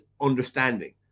understanding